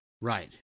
Right